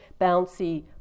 bouncy